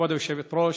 כבוד היושבת-ראש,